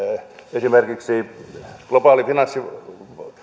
esimerkiksi globaalia finanssijärjestelmää